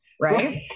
Right